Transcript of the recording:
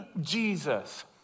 Jesus